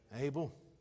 Abel